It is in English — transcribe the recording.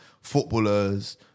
footballers